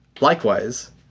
Likewise